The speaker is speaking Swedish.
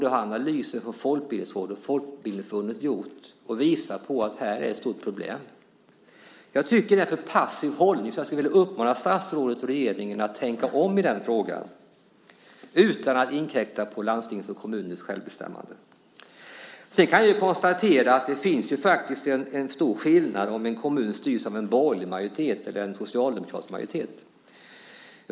Det har gjorts analyser från Folkbildningsrådet som visar att det finns ett stort problem. Jag tycker att det är en för passiv hållning, så jag skulle vilja uppmana statsrådet och regeringen att tänka om i den frågan utan att inkräkta på landstingens och kommunernas självbestämmande. Sedan kan jag konstatera att det faktiskt är en stor skillnad om en kommun styrs av en borgerlig majoritet eller en socialdemokratisk majoritet.